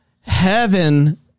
Heaven